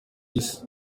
isi